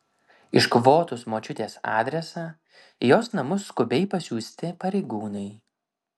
iškvotus močiutės adresą į jos namus skubiai pasiųsti pareigūnai